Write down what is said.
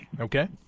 Okay